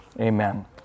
Amen